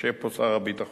יושב פה שר הביטחון,